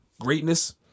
greatness